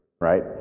right